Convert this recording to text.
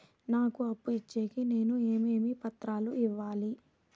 నాకు అప్పు ఇచ్చేకి నేను ఏమేమి పత్రాలు ఇవ్వాలి